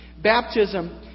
Baptism